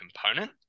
component